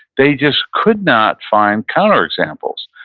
they just could not find counterexamples.